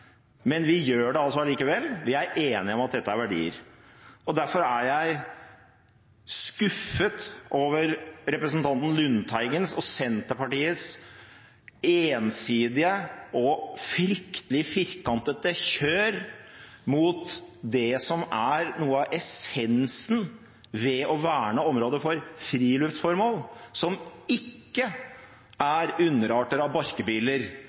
Men vi gjør det likevel. Vi er enige om at dette er verdier. Derfor er jeg skuffet over representanten Lundteigen og Senterpartiets ensidige og fryktelig firkantete kjør mot det som er noe av essensen ved å verne området for friluftsformål, som ikke er underarter av